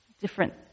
different